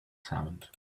sound